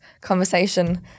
conversation